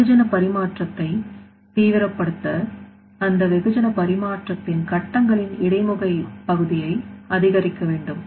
வெகுஜன பரிமாற்றத்தை தீவிரப்படுத்த அந்த வெகுஜன பரிமாற்றத்தின் கட்டங்களின் இடைமுக பகுதியை அதிகரிக்க வேண்டும்